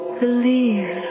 believe